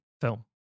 film